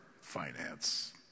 finance